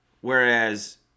Whereas